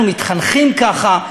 אנחנו מתחנכים ככה.